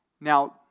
Now